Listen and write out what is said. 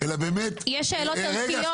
אלא באמת --- יש שאלות ערכיות.